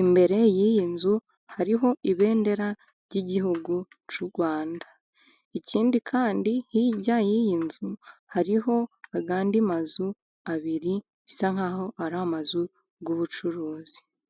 imbere y'iyi nzu hariho ibendera ry'igihugu cy'u Rwanda, ikindi kandi hirya y'iyi nzu hariho andi mazu abiri, bisa nkaho ari amazu y'ubucuruzi.